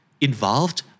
involved (